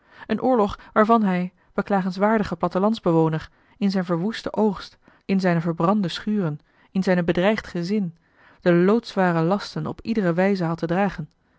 een oorlog waarvan hij beklagenswaardige plattelandsbewoner in zijn verwoesten oogst in zijne verbrande schuren in zijn bedreigd gezin de loodzware lasten op iedere wijze had te dragen